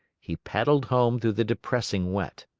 he paddled home through the depressing wet.